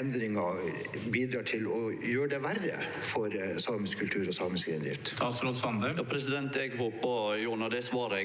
endringen bidrar til å gjøre det verre for samisk kultur og samisk reindrift?